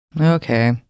Okay